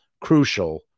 crucial